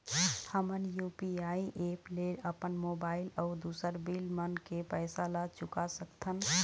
हमन UPI app ले अपन मोबाइल अऊ दूसर बिल मन के पैसा ला चुका सकथन